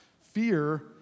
Fear